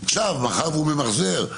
עכשיו מאחר שהוא ממחזר,